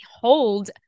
hold